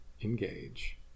engage